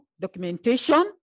documentation